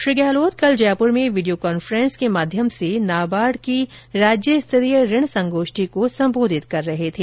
श्री गहलोत कल जयपुर में video conference के माध्यम से नाबार्ड की राज्य स्तरीय ऋण संगोष्ठी को संबोधित कर रहे थे